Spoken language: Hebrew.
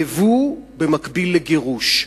ייבוא במקביל לגירוש.